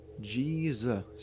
Jesus